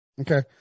Okay